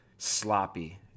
sloppy